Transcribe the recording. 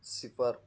صفر